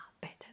better